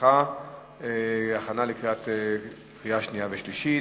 אין מתנגדים ואין נמנעים.